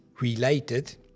related